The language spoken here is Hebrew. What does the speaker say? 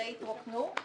די התרוקנו?